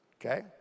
okay